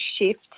shift